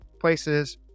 places